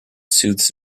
soothes